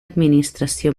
administració